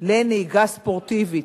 לנהיגה ספורטיבית,